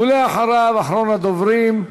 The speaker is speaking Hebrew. ואחריו, אחרון הדוברים,